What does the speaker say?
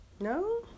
No